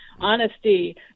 honesty